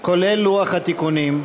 כולל לוח התיקונים,